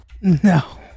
no